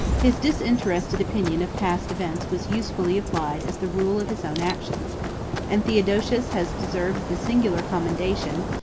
his disinterested opinion of past events was usefully applied as the rule of his own actions and theodosius has deserved the singular commendation,